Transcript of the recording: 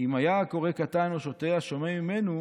אם היה הקורא קטן או שוטה, השומע ממנו